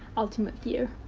ultimate fear,